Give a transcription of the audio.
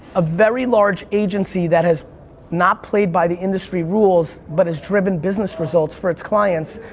a very large agency that has not played by the industry rules but has driven business results for its clients.